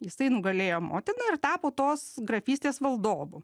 jisai nugalėjo motiną ir tapo tos grafystės valdovu